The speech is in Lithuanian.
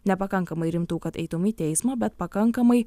nepakankamai rimtų kad eitum į teismą bet pakankamai